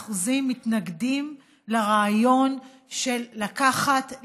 58% מתנגדים לרעיון של לקחת,